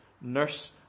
nurse